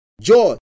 joy